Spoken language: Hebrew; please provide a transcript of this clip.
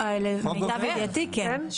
למיטב ידיעתי, כן.